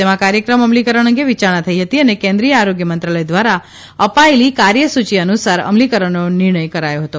તેમાં કાર્યક્રમ અમલીકરણ અંગે વિચારણા થઇ હતી અને કેન્રિઅ્ય આરોગ્ય મંત્રાલય દ્વારા અપાયેલી કાર્યસૂચિ અનુસાર અમલીકરણનો નિર્ણય કરાયો હતો